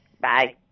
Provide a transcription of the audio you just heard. Bye